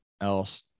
else